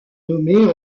nommée